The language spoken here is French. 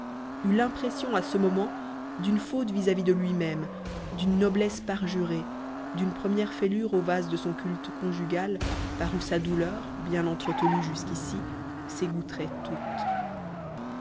eut l'impression à ce moment d'une faute vis-à-vis de lui-même d'une noblesse parjurée d'une première fêlure au vase de son culte conjugal par où sa douleur bien entretenue jusqu'ici s'égoutterait toute